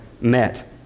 met